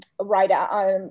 right